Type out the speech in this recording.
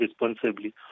responsibly